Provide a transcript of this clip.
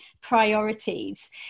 priorities